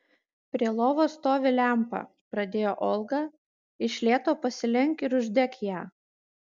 prie lovos stovi lempa pradėjo olga iš lėto pasilenk ir uždek ją